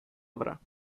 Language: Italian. avrà